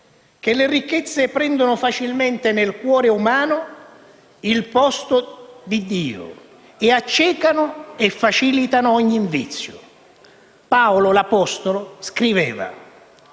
che le ricchezze prendono facilmente nel cuore umano il posto di Dio e accecano e facilitano ogni vizio. Paolo, l'apostolo, scriveva: